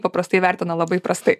paprastai vertina labai prastai